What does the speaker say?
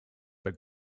but